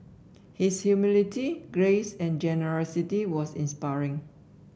his humility grace and generosity was inspiring